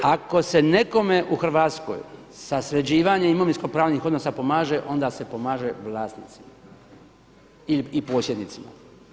Ako se nekome u Hrvatskoj sa sređivanjem imovinskopravnih odnosa pomaže onda se pomaže vlasnicima i posjednicima.